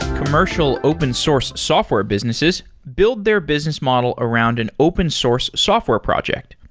commercial open source software businesses build their business model around an open source software project.